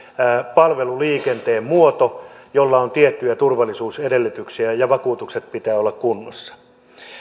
palveluliikenteen muoto jolla on tiettyjä turvallisuusedellytyksiä ja vakuutusten pitää olla kunnossa